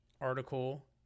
article